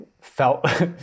felt